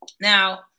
Now